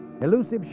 Elusive